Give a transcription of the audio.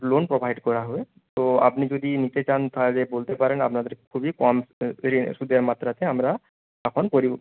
loan provide করা হবে তো আপনি যদি নিতে চান তাহলে বলতে পারেন আপনাদের খুবই কম ঋ সুদের মাত্রাতে আমরা এখন পরি